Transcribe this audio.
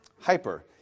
Hyper